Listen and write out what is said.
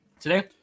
Today